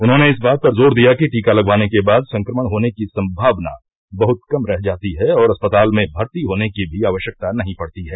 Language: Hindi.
उन्होंने इस बात पर जोर दिया कि टीका लगवाने के बाद संक्रमण होने की संभावना बहत कम रह जाती है और अस्पताल में भर्ती होने की भी आवश्यकता नहीं पडती है